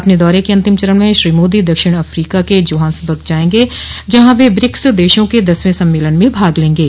अपने दौरे के अंतिम चरण में श्री मोदी दक्षिण अफ्रीका के जोहान्सबर्ग जाएंगे जहां व ब्रिक्स देशों के दसवें सम्मेलन में भाग लेंगे